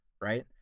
Right